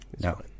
No